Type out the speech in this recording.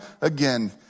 again